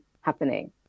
happening